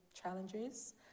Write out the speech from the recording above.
challenges